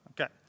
okay